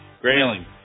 Grayling